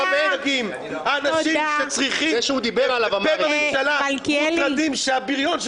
האנשים שצריכים פה בממשלה מוטרדים שהבריון של